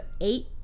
eight